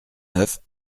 neuf